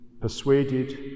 persuaded